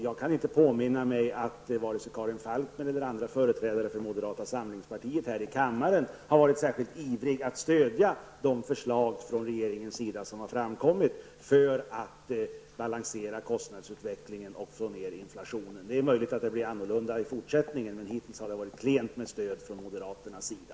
Jag kan inte påminna mig om att vare sig Karin Falkmer eller andra förträdare från moderata samlingspartiet här i kammaren har varit särskilt ivriga att stödja de förslag från regeringens sida som har framkommit för att balansera kostnadsutvecklingen och få ner inflationen. Det är möjligt att det blir annorlunda i fortsättningen. Men hittills har det var klent med stöd från moderaternas sida.